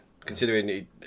considering